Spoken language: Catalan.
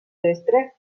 destre